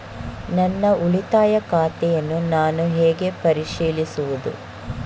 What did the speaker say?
ನನ್ನ ಉಳಿತಾಯ ಖಾತೆಯನ್ನು ನಾನು ಹೇಗೆ ಪರಿಶೀಲಿಸುವುದು?